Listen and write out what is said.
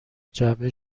جعبه